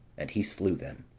and he slew them.